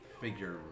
figure